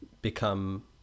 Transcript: become